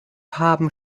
haben